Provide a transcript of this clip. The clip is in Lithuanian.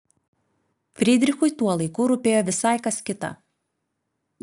frydrichui tuo laiku rūpėjo visai kas kita